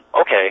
okay